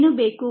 ಏನು ಬೇಕು